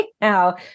now